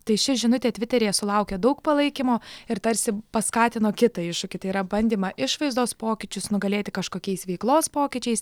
tai ši žinutė tviteryje sulaukė daug palaikymo ir tarsi paskatino kitą iššūkį tai yra bandymą išvaizdos pokyčius nugalėti kažkokiais veiklos pokyčiais